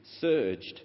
surged